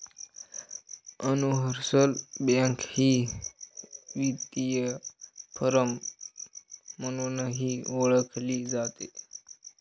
universal bank ही वित्तीय firm म्हणूनही ओळखली जाते